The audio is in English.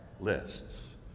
lists